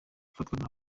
gufatwa